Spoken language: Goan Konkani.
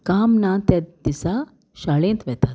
काम ना त्या दिसा शाळेंत वेतात